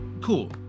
cool